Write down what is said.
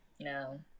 no